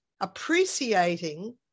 appreciating